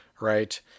right